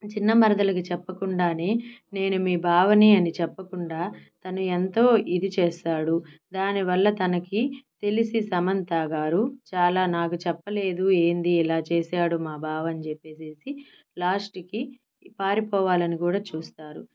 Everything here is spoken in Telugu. చిన్న మరదలికి చెప్పకుండానే నేను మీ బావని అని చెప్పకుండా తను ఎంతో ఇది చేస్తారు దాని వల్ల తనకి తెలిసి సమంతా గారు చాలా నాకు చెప్పలేదు ఏంది ఇలా చేసాడు మా బావ అనిచెప్పెసేసి లాస్ట్కి పారిపోవాలని కూడా చూస్తారు